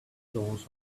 stones